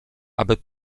aby